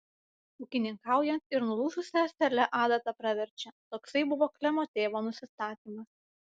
ūkininkaujant ir nulūžusia ąsele adata praverčia toksai buvo klemo tėvo nusistatymas